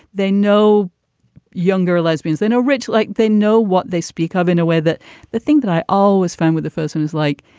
they know younger lesbians. they know rich. like they know what they speak of in a way that the thing that i always found with the first one is like,